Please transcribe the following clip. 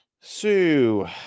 Sue